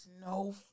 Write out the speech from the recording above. no